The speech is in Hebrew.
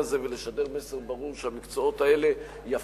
הזה ולשדר מסר ברור: המקצועות האלה יפים,